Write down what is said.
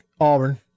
Auburn